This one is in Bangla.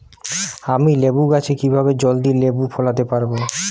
আমি লেবু গাছে কিভাবে জলদি লেবু ফলাতে পরাবো?